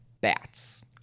Bats